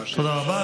תודה רבה.